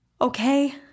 Okay